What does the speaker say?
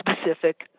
specific